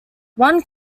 one